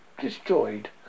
destroyed